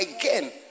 again